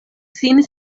sin